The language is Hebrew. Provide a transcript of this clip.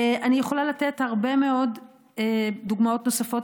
אני יכולה לתת הרבה מאוד דוגמאות נוספות.